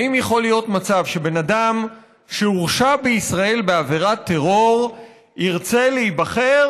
האם יכול להיות מצב שבן אדם שהורשע בישראל בעבירת טרור ירצה להיבחר,